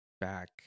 back